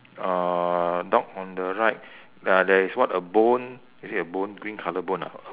uh dog on the right uh there is what a bone is it a bone green colour bone ah